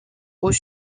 aux